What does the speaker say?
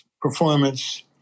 performance